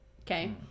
Okay